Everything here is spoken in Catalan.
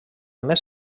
mes